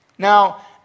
Now